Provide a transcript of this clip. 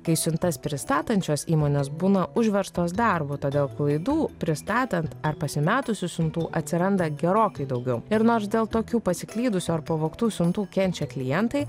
kai siuntas pristatančios įmonės būna užverstos darbu todėl klaidų pristatant ar pasimetusių siuntų atsiranda gerokai daugiau ir nors dėl tokių pasiklydusių ar pavogtų siuntų kenčia klientai